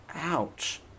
Ouch